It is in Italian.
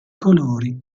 colori